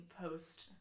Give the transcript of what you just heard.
post